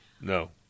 No